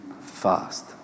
fast